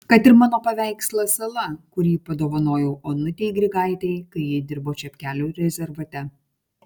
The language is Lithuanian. kad ir mano paveikslas sala kurį padovanojau onutei grigaitei kai ji dirbo čepkelių rezervate